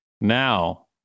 Now